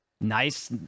Nice